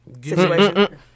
situation